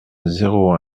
zéro